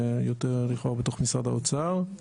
לכאורה זה יותר בתוך משרד האוצר.